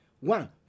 One